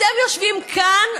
אתם יושבים כאן,